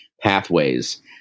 pathways